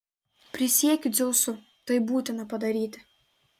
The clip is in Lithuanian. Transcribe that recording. prisiekiu dzeusu tai būtina padaryti